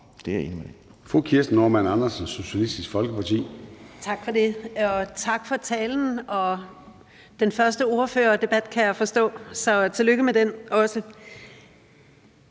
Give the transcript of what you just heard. Det er jo egentlig